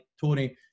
Tony